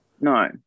No